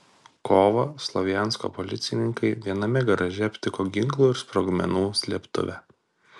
kovą slovjansko policininkai viename garaže aptiko ginklų ir sprogmenų slėptuvę